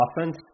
offense